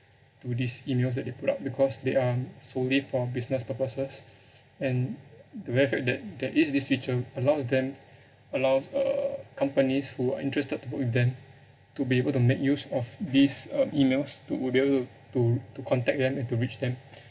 to these emails that they put up because they are solely for business purpose and the very fact that there is this feature allows them allow uh companies who are interested to work with them to be able to make use of these uh emails to be able to to to contact them and to reach them